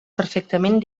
perfectament